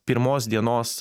pirmos dienos